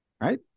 Right